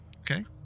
Okay